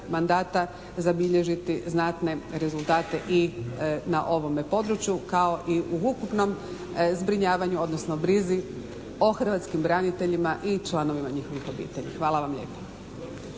mandata zabilježiti znatne rezultate i na ovome području kao i u ukupnom zbrinjavanju, odnosno brizi o hrvatskim braniteljima i članovima njihovih obitelji. Hvala vam lijepa.